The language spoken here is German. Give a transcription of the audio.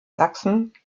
sachsen